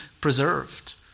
preserved